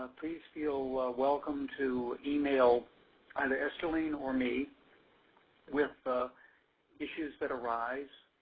ah please feel welcome to email either esterline or me with ah issues that arrives.